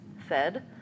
fed